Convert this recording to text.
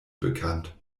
bekannt